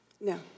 No